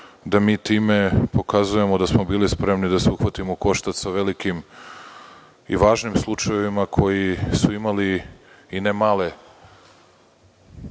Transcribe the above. da mi time pokazujemo da smo bili spremni da se uhvatimo u koštac sa velikim i važnim slučajevima koji su imali i ne male